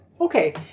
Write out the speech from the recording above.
Okay